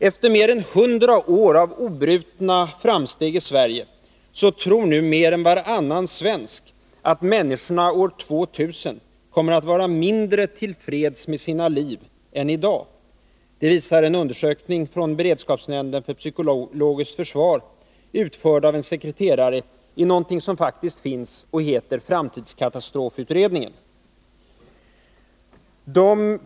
Efter mer än 100 år av obrutna framsteg i Sverige tror nu mer än varannan svensk att människorna år 2000 kommer att vara mindre till freds med sina liv än de är i dag. Det visar en undersökning från beredskapsnämnden för psykologiskt försvar, utförd av en sekreterare i någonting som faktiskt heter Framtidskatastrofutredningen.